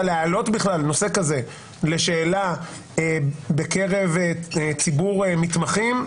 להעלות בכלל נושא כזה לשאלה בקרב ציבור מתמתחים.